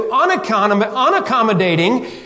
unaccommodating